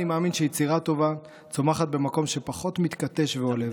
אני מאמין שיצירה טובה צומחת במקום שפחות מתכתש ועולב.